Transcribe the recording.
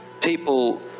people